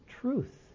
truth